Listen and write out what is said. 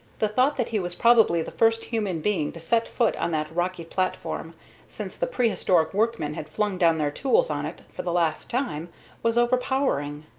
the thought that he was probably the first human being to set foot on that rocky platform since the prehistoric workmen had flung down their tools on it for the last time was overpowering.